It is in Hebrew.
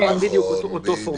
נכון, בדיוק.